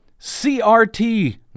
CRT